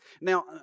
Now